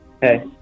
Hey